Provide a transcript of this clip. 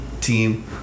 team